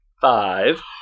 five